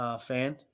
fan